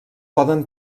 poden